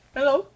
Hello